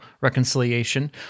reconciliation